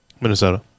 Minnesota